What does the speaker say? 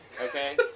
okay